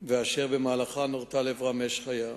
ואשר במהלכה נורתה לעברם אש חיה.